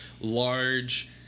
large